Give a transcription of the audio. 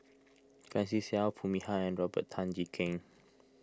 Francis Seow Foo Mee Har and Robert Tan Jee Keng